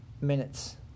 minutes